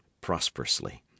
prosperously